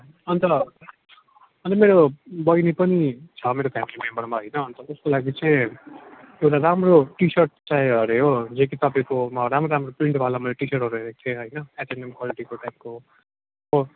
अन्त अन्त मेरो बहिनी पनि छ मेरो फेमिली मेम्बरमा होइन अन्त त्यसको लागि चाहिँ एउटा राम्रो टी सर्ट चाहियो हरे हो यदि तपाईँकोमा राम्रो राम्रो प्रिन्टवाला मैले टी सर्टहरू हेरेको थिएँ होइन एच एन एम क्वालिटीको टाइपको हो